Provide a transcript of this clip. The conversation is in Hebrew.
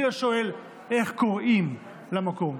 אני לא שואל איך קוראים למקום,